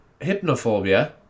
hypnophobia